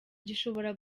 gishobora